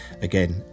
again